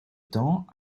temps